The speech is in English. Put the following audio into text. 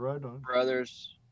Brothers